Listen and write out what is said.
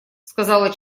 сказала